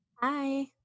hi